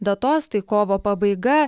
datos tai kovo pabaiga